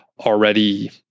already